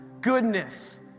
goodness